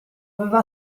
aveva